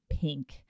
pink